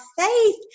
faith